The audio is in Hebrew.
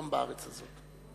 לא יישאר בשום מקום בארץ הזאת.